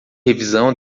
revisão